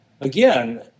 again